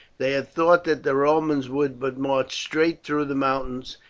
they had thought that the romans would but march straight through the mountains,